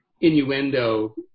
innuendo